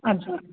अच्छा